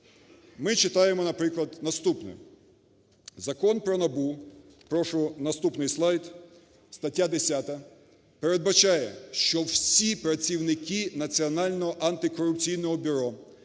Ми читаємо, наприклад, наступне. Закон про НАБУ (прошу наступний слайд), стаття 10 передбачає, що всі працівники Національного антикорупційного бюро,